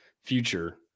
future